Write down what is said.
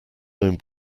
known